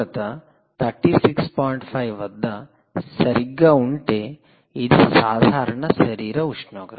5 వద్ద సరిగ్గా ఉంటే ఇది సాధారణ శరీర ఉష్ణోగ్రత